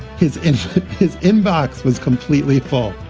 his in his inbox was completely false.